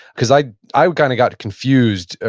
because i i kind of got confused,